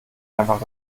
einfach